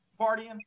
partying